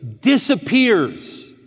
disappears